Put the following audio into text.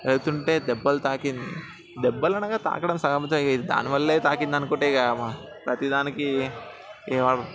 వెళ్తుంటే దెబ్బలు తాకేయి దెబ్బలు అనగా తాకడం సహజం దానివల్లే తాకింది అనుకుంటే ఇక ప్రతి దానికీ ఎవరు